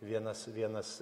vienas vienas